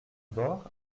bord